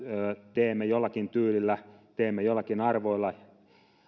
teemme jollakin tyylillä teemme joillakin arvoilla